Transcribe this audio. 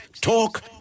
talk